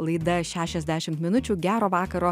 laida šešiasdešimt minučių gero vakaro